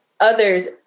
others